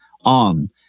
on